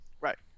Right